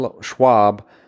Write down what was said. Schwab